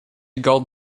gold